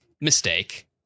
mistake